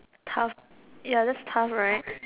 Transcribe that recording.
tough ya that's tough right